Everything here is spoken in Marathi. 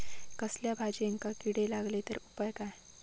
कसल्याय भाजायेंका किडे लागले तर उपाय काय?